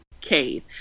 cave